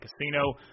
casino